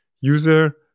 user